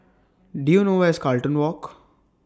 Do YOU know Where IS Carlton Walk